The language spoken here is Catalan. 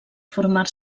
formar